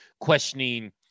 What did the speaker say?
questioning